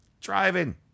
driving